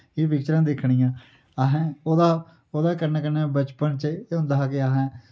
एह् पिक्चरां दिक्खनियां असैं ओह्दा ओह्दे कन्नै कन्नै बचपन च एह् होंदा हा कि असैं